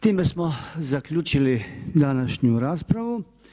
Time smo zaključili današnju raspravu.